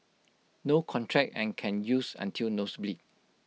no contract and can use until nose bleed